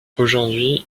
aujourd’hui